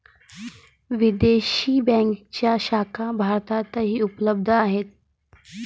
विदेशी बँकांच्या शाखा भारतातही उपलब्ध आहेत